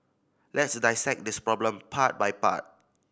let's dissect this problem part by part